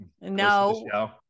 No